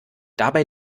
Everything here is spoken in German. dabei